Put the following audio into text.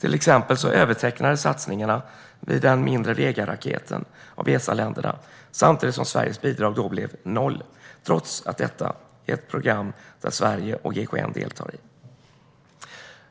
Till exempel övertecknades satsningarna i fråga om den mindre Vegaraketen av Esaländerna samtidigt som Sveriges bidrag blev noll, trots att detta är ett program som Sverige och GKN deltar i.